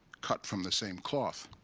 cut from the same cloth.